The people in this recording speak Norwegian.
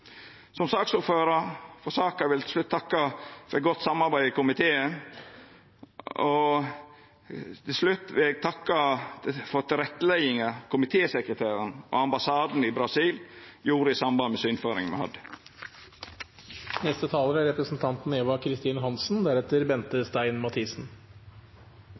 Som saksordførar vil eg til slutt takka for godt samarbeid i komiteen og for tilrettelegginga komitésekretærane og ambassaden i Brasil gjorde i samband med synfaringa me